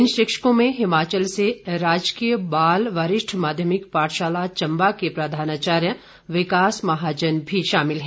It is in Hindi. इन शिक्षकों में हिमाचल से राजकीय बाल वरिष्ठ माध्यमिक पाठशाला चंबा के प्रधानाचार्य विकास महाजन भी शामिल हैं